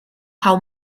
how